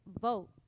vote